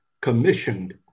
commissioned